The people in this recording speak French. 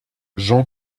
jean